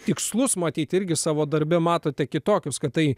tikslus matyt irgi savo darbe matote kitokius kad tai